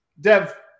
Dev –